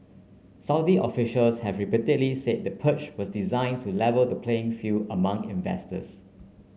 Saudi officials have repeatedly said the purge was designed to level the playing field among investors